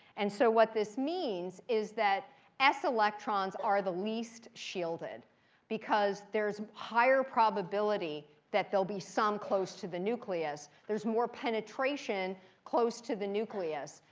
and so what this means is that s electrons are the least shielded because there's higher probability that they'll be some close to the nucleus. there's more penetration close to the nucleus.